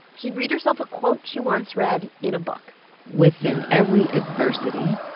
she'd read herself a quote she once read in a book within every adversity,